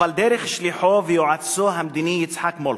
אבל דרך שליחו ויועצו המדיני, יצחק מולכו,